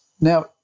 now